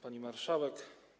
Pani Marszałek!